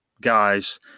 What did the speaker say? guys